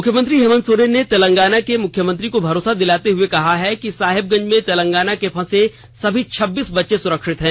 मुख्यमंत्री हेमंत सोरेन ने तेलंगाना के मुख्यमंत्री को भरोसा दिलाते हुए कहा है कि साहेबगंज में र्तलगाना के फंसे सभी छब्बीस बच्चे सुरक्षित हैं